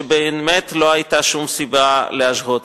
שבאמת לא היתה שום סיבה להשהות אותה.